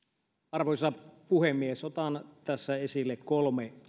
arvoisa puhemies otan tässä esille kolme